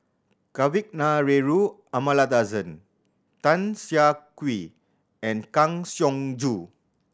Kavignareru Amallathasan Tan Siah Kwee and Kang Siong Joo